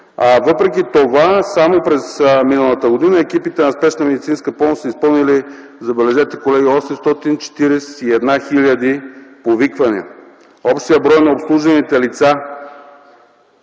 Въпреки това, само през миналата година екипите на Спешна медицинска помощ са изпълнили – забележете колеги – 841 000 повиквания. Общият брой на обслужените лица